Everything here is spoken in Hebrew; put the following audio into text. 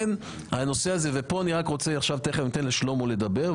תכף אני אתן לשלמה לדבר,